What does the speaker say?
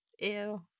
Ew